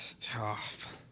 tough